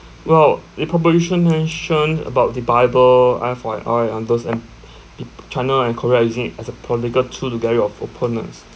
well the proposition mentioned about the bible F_Y_I others and china and korea are using it as a political tool to get rid of opponents